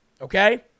okay